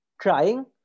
trying